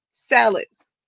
Salads